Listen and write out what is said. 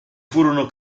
furono